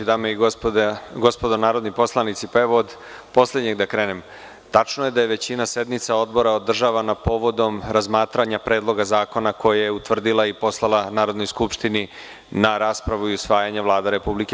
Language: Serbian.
Dame i gospodo narodni poslanici, od poslednjeg da krenem, tačno je da je većina sednica odbora održavana povodom razmatranja predloga zakona koje je utvrdila i poslala Narodnoj skupštini na raspravu i usvajanje Vlada RS.